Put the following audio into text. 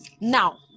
now